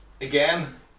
Again